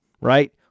right